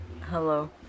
Hello